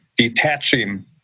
detaching